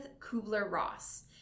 Kubler-Ross